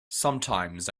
sometines